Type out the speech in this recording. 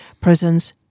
prisons